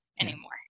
anymore